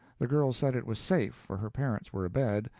the girl said it was safe, for her parents were abed,